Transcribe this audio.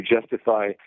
justify